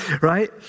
right